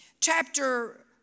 chapter